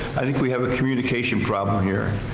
i think we have a communication problem here.